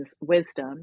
wisdom